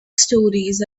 stories